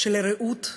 של רעות,